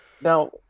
Now